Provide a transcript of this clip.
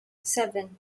seven